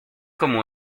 como